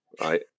Right